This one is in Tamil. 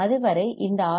அதுவரை இந்த ஆர்